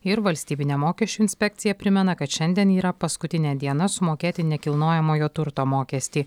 ir valstybinė mokesčių inspekcija primena kad šiandien yra paskutinė diena sumokėti nekilnojamojo turto mokestį